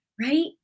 right